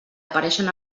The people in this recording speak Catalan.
apareixen